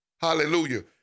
Hallelujah